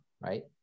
right